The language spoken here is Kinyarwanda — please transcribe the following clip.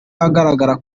ahagarara